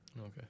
Okay